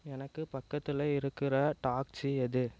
எனக்கு பக்கத்தில் இருக்கிற டாக்ஸி எது